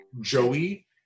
Joey